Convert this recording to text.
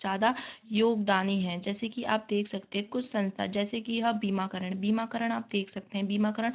ज्यादा योगदानी हैं जैसे कि आप देख सकते है कुछ संस्था जैसे कि यह बीमाकरण बीमाकरण आप देख सकते हैं बीमाकरण